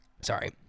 sorry